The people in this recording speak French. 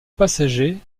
passagers